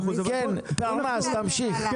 פרנס, תמשיך.